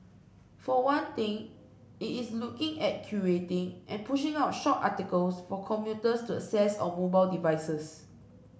for one thing it is looking at curating and pushing out short articles for commuters to access on mobile devices